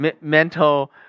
mental